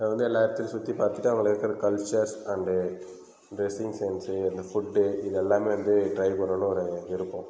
அது வந்து எல்லா இடத்தையும் சுற்றி பார்த்துட்டு அவங்கட்ட இருக்குகிற கல்ச்சர்ஸ் அண்டு ட்ரெஸிங் சென்ஸ்சு அந்த ஃபுட்டு இது எல்லாமே வந்து ட்ரை பண்ணணும்னு ஒரு விருப்பம்